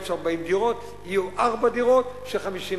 של 40 דירות יהיו ארבע דירות של 50 מטר.